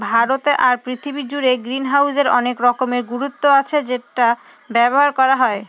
ভারতে আর পৃথিবী জুড়ে গ্রিনহাউসের অনেক রকমের গুরুত্ব আছে সেটা ব্যবহার করা হয়